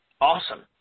Awesome